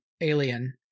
Alien